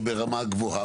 ברמה גבוהה.